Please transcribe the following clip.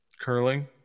curling